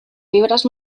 fibres